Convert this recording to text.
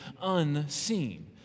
unseen